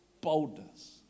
boldness